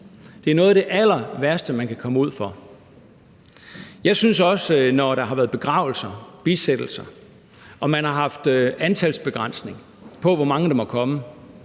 Det er noget af det allerværste, man kan komme ud for. Jeg synes også, at det virkelig har været hjerteskærende, når der har været begravelser, bisættelser og man har haft antalsbegrænsning på, hvor mange der måtte komme,